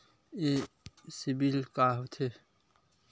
ये सीबिल का होथे?